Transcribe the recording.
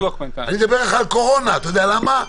אני מדבר אתך על קורונה, אתה יודע למה?